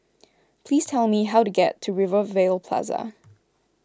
please tell me how to get to Rivervale Plaza